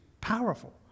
powerful